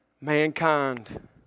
Mankind